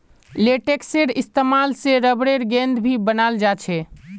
लेटेक्सेर इस्तेमाल से रबरेर गेंद भी बनाल जा छे